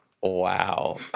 Wow